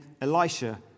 Elisha